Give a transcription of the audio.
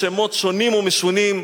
שמות שונים ומשונים,